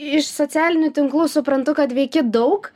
iš socialinių tinklų suprantu kad veiki daug